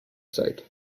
site